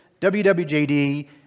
WWJD